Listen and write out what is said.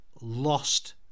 lost